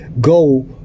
go